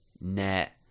net